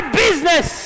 business